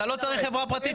אתה לא צריך חברה פרטית.